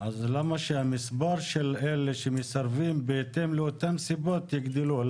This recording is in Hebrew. למה שהמספר של אלה שמסרבים בהתאם לאותן סיבות יגדלו?